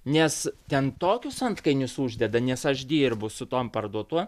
nes ten tokius antkainius uždeda nes aš dirbu su tom parduotuvėm